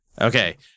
Okay